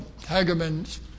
Hageman's